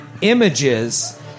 images